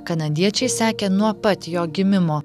kanadiečiai sekė nuo pat jo gimimo